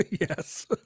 Yes